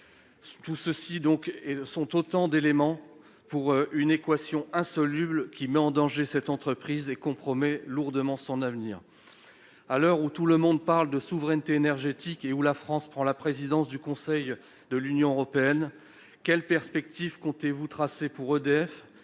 du coût de l'énergie. Cette équation insoluble met en danger l'entreprise et compromet gravement son avenir. À l'heure où tout le monde parle de souveraineté énergétique et où la France prend la présidence du Conseil de l'Union européenne, quelles perspectives entendez-vous tracer pour EDF,